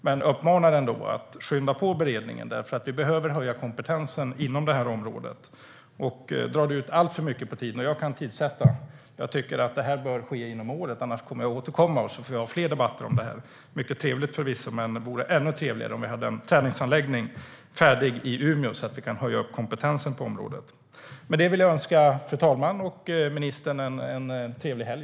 Jag uppmanar ändå ministern att skynda på beredningen. Vi behöver höja kompetensen inom området. Jag tycker att det bör ske under det här året. Annars återkommer jag, och då får vi ha fler debatter om det här. Det är förvisso mycket trevligt. Men det vore ännu trevligare om en träningsanläggning kan bli färdig i Umeå så att vi kan höja kompetensen på området. Med det vill jag önska fru talman och ministern en trevlig helg!